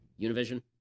Univision